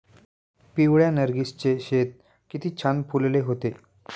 पिवळ्या नर्गिसचे शेत किती छान फुलले होते